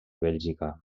bèlgica